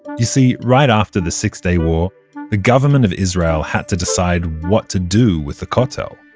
you see, right after the six day war the government of israel had to decide what to do with the kotel.